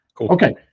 okay